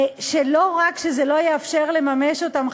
שלא רק שזה לא יאפשר לממש אותם,